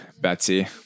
Betsy